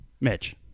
Mitch